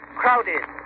crowded